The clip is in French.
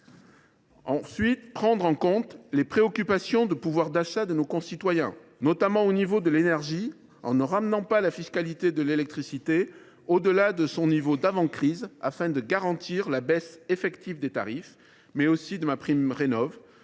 prendre en compte les préoccupations de pouvoir d’achat de nos concitoyens, notamment s’agissant de l’énergie, en ne ramenant pas la fiscalité de l’électricité au delà de son niveau d’avant crise, afin de garantir la baisse effective des tarifs, mais aussi de MaPrimeRénov’,